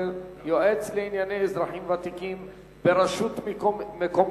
10) (יועץ לענייני אזרחים ותיקים ברשות מקומית),